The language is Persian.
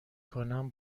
کنم